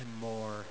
more